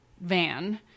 van